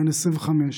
בן 25,